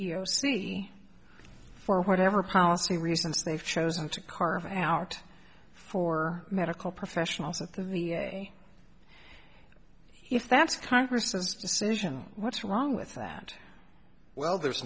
c for whatever policy reasons they've chosen to carve out for medical professionals at the v a if that's congress's decision what's wrong with that well there's